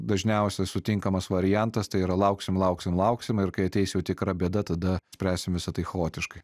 dažniausia sutinkamas variantas tai yra lauksim lauksim lauksim ir kai ateis jau tikra bėda tada spręsim visa tai chaotiškai